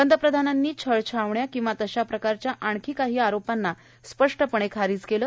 पंतप्रधानांनी छळछावण्या किंवा तशा प्रकारच्या आणखी काही आरोपांना स्पष्टपणे खारीज केलं